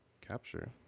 capture